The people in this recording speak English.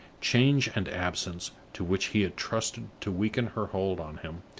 change and absence, to which he had trusted to weaken her hold on him,